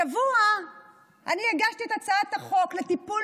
השבוע אני הגשתי את הצעת החוק לטיפול